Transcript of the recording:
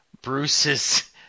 Bruce's